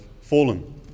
fallen